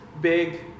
big